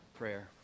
prayer